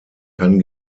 kann